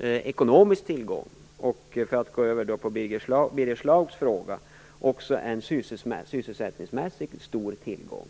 ekonomisk tillgång och - för att gå över till Birger Schlaugs fråga - också en sysselsättningsmässigt stor tillgång.